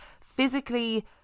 physically